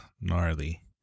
gnarly